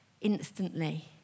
instantly